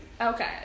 Okay